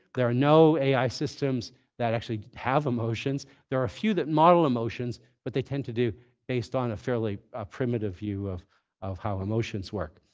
there are no ai systems that actually have emotions. there are a few that model emotions, but they tend to do it based on a fairly ah primitive view of of how emotions work.